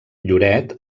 lloret